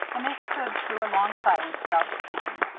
and they stood through a long silence without speaking.